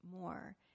more